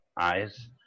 eyes